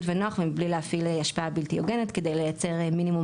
ונוח ומבלי להפעיל השפעה בלתי הוגנת כדי לייצר מינימום